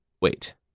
Wait